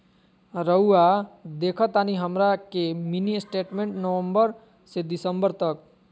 रहुआ देखतानी हमरा के मिनी स्टेटमेंट नवंबर से दिसंबर तक?